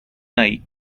nate